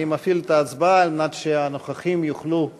אני מפעיל את ההצבעה כדי שהנוכחים יוכלו להירשם.